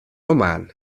oman